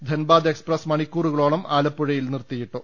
Dhanbad express മണിക്കൂറുകളോളം ആലപ്പുഴയിൽ നിർത്തിയിട്ടു